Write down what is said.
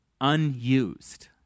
unused